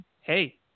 hey